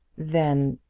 then,